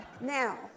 Now